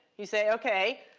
you say, ok,